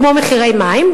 כמו מחירי מים,